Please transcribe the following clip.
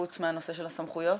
חוץ מהנושא של הסמכויות?